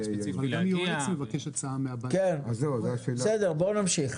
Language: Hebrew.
בואו נמשיך.